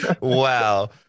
wow